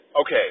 okay